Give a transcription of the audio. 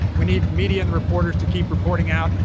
we need media and the reporters to keep reporting out,